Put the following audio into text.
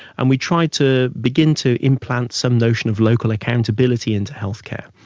and we tried to begin to implant some notion of local accountability into health care.